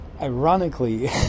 ironically